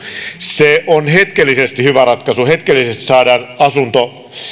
se on hetkellisesti hyvä ratkaisu hetkellisesti saadaan